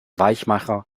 weichmacher